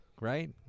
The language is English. right